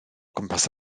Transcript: gwmpas